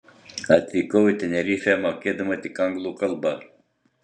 atvykau į tenerifę mokėdama tik anglų kalbą